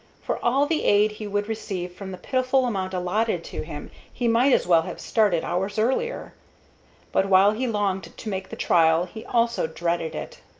for all the aid he would receive from the pitiful amount allotted to him he might as well have started hours earlier but while he longed to make the trial he also dreaded it.